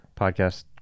podcast